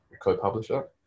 co-publisher